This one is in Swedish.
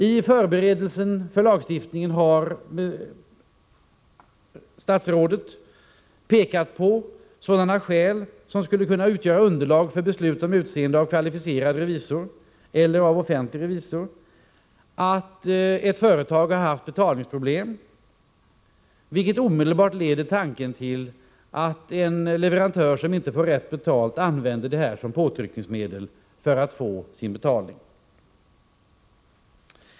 I förarbetet till lagstiftningen har statsrådet pekat på sådana skäl som skulle kunna utgöra underlag för beslut om utseende av kvalificerad revisor eller offentlig revisor, t.ex. att företaget haft betalningsproblem. Detta leder omedelbart tanken till att en leverantör som inte får rätt betalning kommer att använda detta som ett påtryckningsmedel för att få betalning.